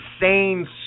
insane